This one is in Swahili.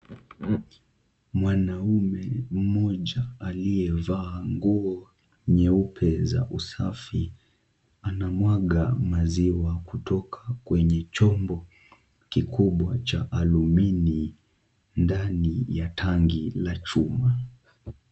Mwanaume mmoja aliyevaa nguo nyeupe za usafi, anamwaga maziwa kutoka kwenye chombo kikubwa cha alumini ndani ya tangi la chuma.